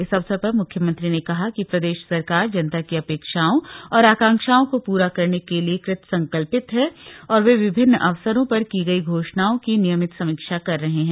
इस अवसर पर मुख्यमंत्री ने कहा कि प्रदेश सरकार जनता की अपेक्षाओं और आकांक्षाओं को पूरा करने के लिए कृत संकल्पित है और वे विभिन्न अवसरों पर की गयी घोषणाओं की नियमित समीक्षा कर रहे हैं